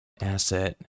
asset